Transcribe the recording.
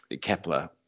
Kepler